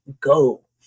go